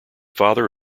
father